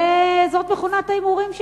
וזאת מכונת ההימורים שלהם.